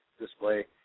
display